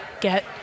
get